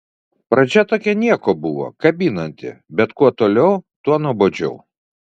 pradžia tokia nieko buvo kabinanti bet kuo toliau tuo nuobodžiau